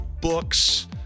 books